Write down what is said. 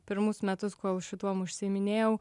pirmus metus kol šituom užsiiminėjau